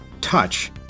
touch